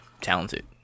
talented